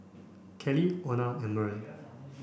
Kelly Ona and Merl